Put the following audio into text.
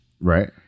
Right